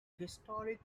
historic